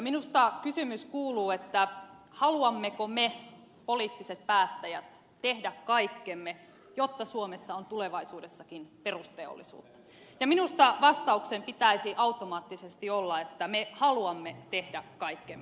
minusta kysymys kuuluu haluammeko me poliittiset päättäjät tehdä kaikkemme jotta suomessa on tulevaisuudessakin perusteollisuutta ja minusta vastauksen pitäisi automaattisesti olla että me haluamme tehdä kaikkemme